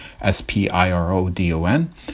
S-P-I-R-O-D-O-N